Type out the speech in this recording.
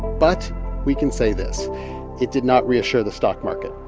but we can say this it did not reassure the stock market.